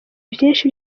vyinshi